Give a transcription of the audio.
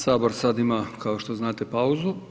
Sabor sad ima kao što znate pauzu.